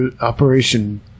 Operation